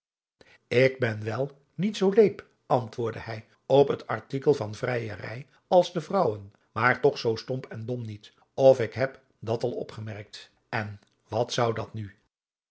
ik ben wel niet zoo leep antwoordde hij op het artikel van vrijerij als de vrouwen maar toch zoo stomp en dom niet of ik heb dat al opgemerkt en wat zou dat nu